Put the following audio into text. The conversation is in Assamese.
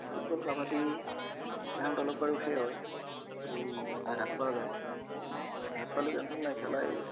ফুটবল কাবাডী এইগ্লাহানত অলপ বাৰু সেই হয় এই আঘাত পোৱা যায় আঘাত পালেও টেনচন নাই খেলাই